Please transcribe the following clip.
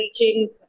reaching